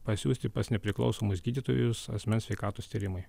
pasiųsti pas nepriklausomus gydytojus asmens sveikatos tyrimui